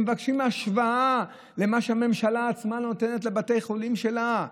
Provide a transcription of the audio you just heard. הם מבקשים השוואה למה שהממשלה עצמה נותנת לבתי החולים שלה.